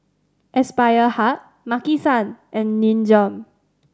Aspire Hub Maki San and Nin Jiom